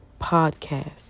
podcast